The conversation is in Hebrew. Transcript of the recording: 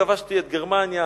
כבשתי את גרמניה,